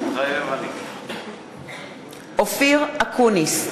מתחייב אני אופיר אקוניס,